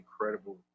incredible